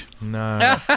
No